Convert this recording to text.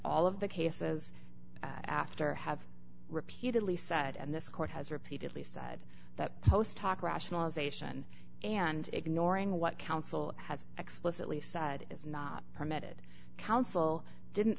all of the cases after have repeatedly said and this court has repeatedly said that post hoc rationalization and ignoring what counsel has explicitly said is not permitted counsel didn't